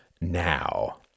now